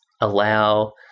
allow